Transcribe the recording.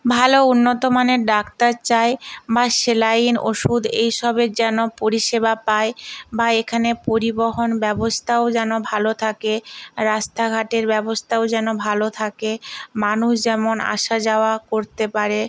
ভালো উন্নতমানের ডাক্তার চাই বা সেলাইন ওষুদ এই সবের যেন পরিষেবা পায় বা এখানে পরিবহন ব্যবস্থা ও যেন ভালো থাকে রাস্তাঘাটের ব্যবস্থাও যেন ভালো থাকে মানুষ যেমন আসা যাওয়া করতে পারে